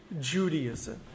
Judaism